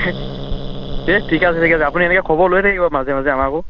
সেই ঠিক আছে ঠিক আছে আপুনি এনেকৈ খবৰ লৈ থাকিব মাজে মাজে আমাকো